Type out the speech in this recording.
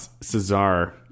Cesar